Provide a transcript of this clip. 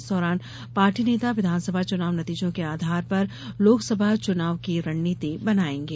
इस दौरान पार्टी नेता विधानसभा चुनाव नतीजों के आधार पर लोकसभा चुनाव चुनाव की रणनीति बनायेंगे